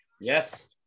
Yes